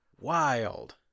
Wild